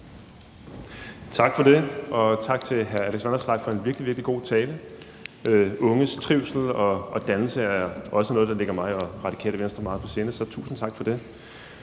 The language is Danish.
Tak for det. Og tak til hr. Alex Vanopslagh for en virkelig, virkelig god tale. Unges trivsel og dannelse er også noget, der lægger mig og Radikale Venstre meget på sinde, så tusind tak for det.